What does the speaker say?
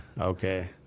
Okay